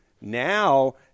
now